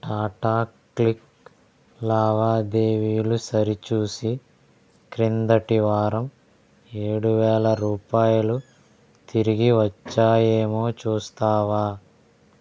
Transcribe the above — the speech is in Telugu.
టాటా క్లిక్ లావాదేవీలు సరిచూసి క్రిందటి వారం ఏడువేల రూపాయలు తిరిగి వచ్చాయేమో చూస్తావా